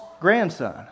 grandson